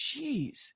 Jeez